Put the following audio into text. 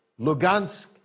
Lugansk